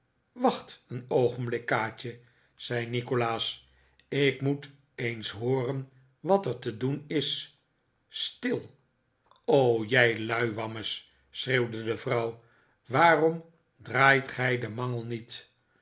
wacht een oogenblik kaatje zei nikolaas ik moet eens hooren wat ef te doen is stil o r jij luiwammes schreeuwde de vrouw waarom draait gij den mangel niet